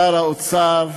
שר האוצר,